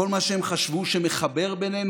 כל מה שהם חשבו שמחבר בינינו,